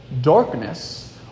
Darkness